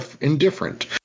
indifferent